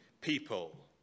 people